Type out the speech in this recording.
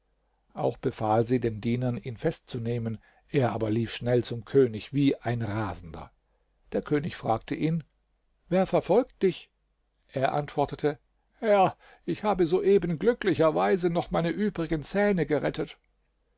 auch befahl sie den dienern ihn festzunehmen er aber lief schnell zum könig wie ein rasender der könig fragte ihn wer verfolgt dich er antwortete herr ich habe soeben glücklicherweise noch meine übrigen zähne gerettet